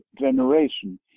generation